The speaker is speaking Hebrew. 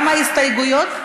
גם ההסתייגויות?